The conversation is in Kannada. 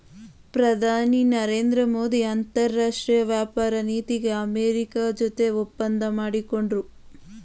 ಪ್ರಧಾನಿ ನರೇಂದ್ರ ಮೋದಿ ಅಂತರಾಷ್ಟ್ರೀಯ ವ್ಯಾಪಾರ ನೀತಿಗೆ ಅಮೆರಿಕ ಜೊತೆ ಒಪ್ಪಂದ ಮಾಡ್ಕೊಂಡ್ರು